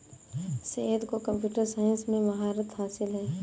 सैयद को computer science में महारत हासिल है